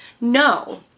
No